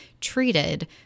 treated